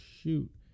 shoot